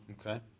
Okay